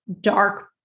dark